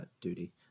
duty